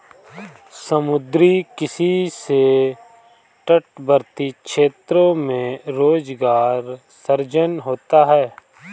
समुद्री किसी से तटवर्ती क्षेत्रों में रोजगार सृजन होता है